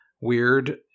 weird